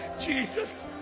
Jesus